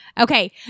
Okay